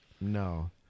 no